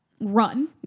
run